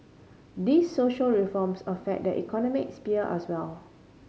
these social reforms affect the economic sphere as well